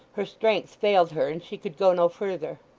her strength failed her, and she could go no further.